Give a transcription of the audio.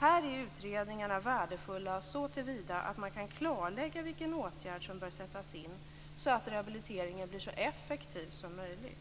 Här är utredningarna värdefulla såtillvida att man kan klarlägga vilken åtgärd som bör sättas in, så att rehabiliteringen blir så effektiv som möjligt.